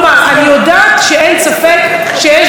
אין ספק שיש גם הרבה לא מרוצים,